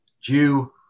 Jew